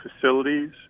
facilities